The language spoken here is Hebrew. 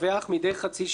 מדי חצי שנה,